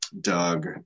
Doug